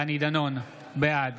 דני דנון, בעד